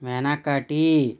వెనుకటి